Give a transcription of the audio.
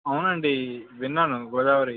అవును అండి విన్నాను గోదావరి